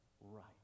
right